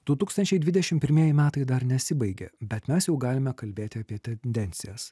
du tūkstančiai dvidešimt pirmieji metai dar nesibaigė bet mes jau galime kalbėti apie tendencijas